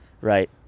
right